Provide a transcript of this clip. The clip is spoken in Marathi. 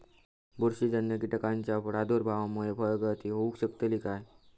बुरशीजन्य कीटकाच्या प्रादुर्भावामूळे फळगळती होऊ शकतली काय?